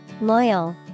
Loyal